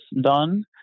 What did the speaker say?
done